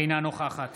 אינה נוכחת